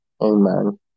Amen